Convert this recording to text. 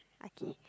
okay